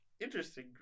interesting